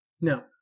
No